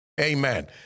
Amen